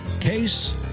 case